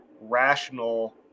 rational